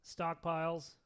Stockpiles